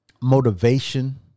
motivation